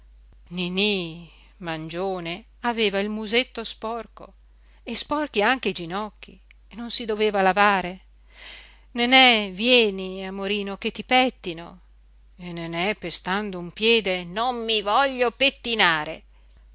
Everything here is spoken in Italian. mangione aveva il musetto sporco e sporchi anche i ginocchi non si doveva lavare nenè vieni amorino che ti pèttino e nenè pestando un piede non mi voglio pettinare